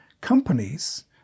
companies